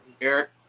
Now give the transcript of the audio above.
Eric